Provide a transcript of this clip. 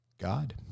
God